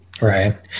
Right